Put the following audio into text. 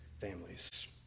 families